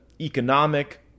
economic